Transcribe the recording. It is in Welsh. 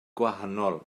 gwahanol